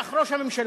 הצליח ראש הממשלה.